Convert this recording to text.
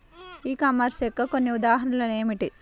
ఈ కామర్స్ యొక్క కొన్ని ఉదాహరణలు ఏమిటి?